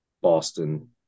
Boston